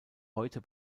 heute